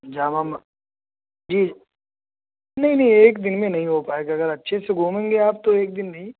جامع جی نہیں نہیں ایک دن میں نہیں ہو پائے گا اگر اچھے سے گھومیں گے تو ایک دن نہیں